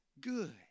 good